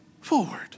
forward